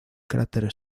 cráter